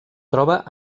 troba